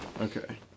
Okay